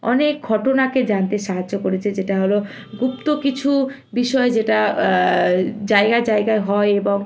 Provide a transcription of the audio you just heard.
অনেক ঘটনাকে জানতে সাহায্য করেছে যেটা হলো গুপ্ত কিছু বিষয় যেটা জায়গায় জায়গায় হয় এবং